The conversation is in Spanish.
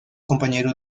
compañero